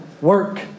work